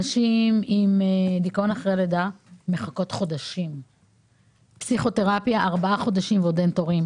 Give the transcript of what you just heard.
נשים עם דיכאון אחרי לידה מחכות לתור לפסיכותרפיה ואין תורים.